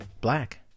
black